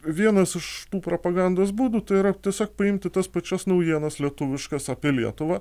vienas iš tų propagandos būdų tai yra tiesiog priimti tas pačias naujienas lietuviškas apie lietuvą